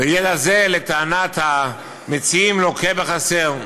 וידע זה, לטענת המציעים, ""לוקה בחסר,